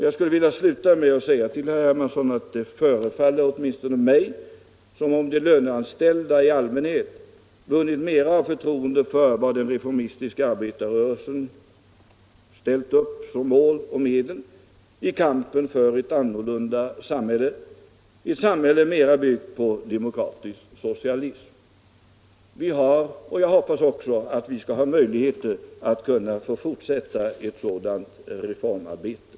Jag skulle sedan vilja säga till herr Hermansson att det förefaller åtminstone mig som om de löneanställda i allmänhet vunnit mera av förtroende för de mål och medel som den reformistiska arbetarrörelsen ställt upp i kampen för ett annorlunda samhälle, ett samhälle mera byggt på demokratisk socialism. Jag hoppas också att vi skall få möjligheter att fortsätta ett sådant reformarbete.